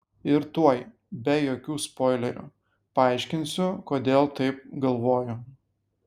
ir tuoj be jokių spoilerių paaiškinsiu kodėl taip galvoju